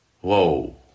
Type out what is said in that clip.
Whoa